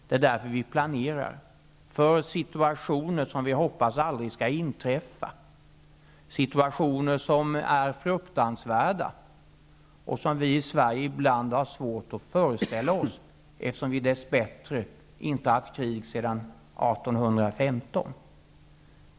Det är därför vi planerar för situationer som vi hoppas aldrig skall inträffa, situationer som är fruktansvärda och som vi i Sverige ibland har svårt att föreställa oss eftersom vi dess bättre inte har haft krig sedan 1815.